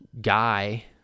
guy